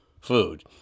food